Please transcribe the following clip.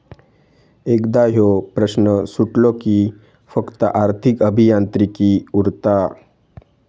एकदा ह्यो प्रश्न सुटलो कि फक्त आर्थिक अभियांत्रिकी उरता